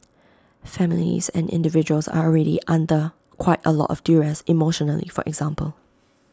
families and individuals are already under quite A lot of duress emotionally for example